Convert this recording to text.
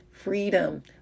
freedom